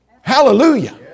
Hallelujah